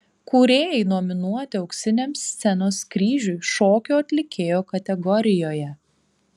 kūrėjai nominuoti auksiniam scenos kryžiui šokio atlikėjo kategorijoje